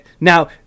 Now